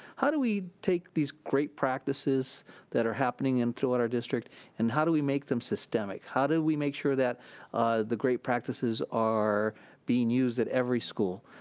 how do we take these great practices that are happening in throughout our district and how do we make them systemic? how do we make sure that the great practices are being used at every school?